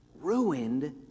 ruined